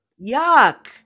Yuck